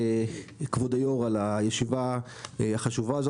כבוד היו"ר על הישיבה החשובה הזאת.